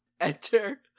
enter